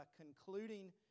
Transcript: concluding